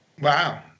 Wow